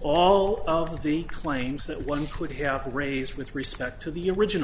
all of the claims that one could have raised with respect to the original